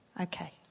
Okay